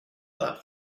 that